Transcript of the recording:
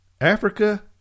Africa